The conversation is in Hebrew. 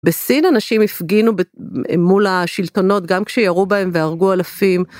בסין אנשים הפגינו מול השלטונות גם כשירו בהם והרגו אלפים.